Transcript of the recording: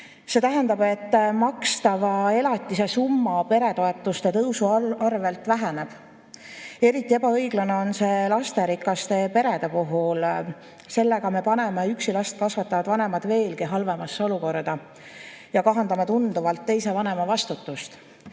See tähendab, et makstava elatise summa peretoetuste tõusu arvel väheneb. Eriti ebaõiglane on see lasterikaste perede puhul. Sellega me paneme üksi last kasvatavad vanemad veelgi halvemasse olukorda ja kahandame tunduvalt teise vanema vastutust.